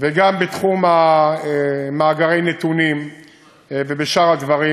וגם בתחום מאגרי הנתונים ובשאר הדברים,